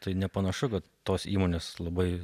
tai nepanašu kad tos įmonės labai